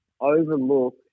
overlook